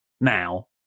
now